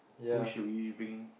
who should we bring